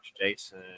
Jason